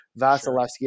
Vasilevsky